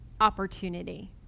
opportunity